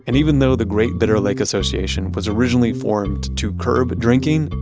and even though the great bitter lake association was originally formed to curb drinking,